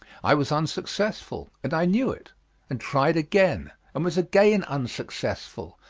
i was unsuccessful, and i knew it and tried again, and was again unsuccessful,